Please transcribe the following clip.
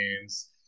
games